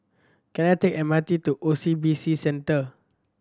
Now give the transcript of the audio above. can I take M R T to O C B C Centre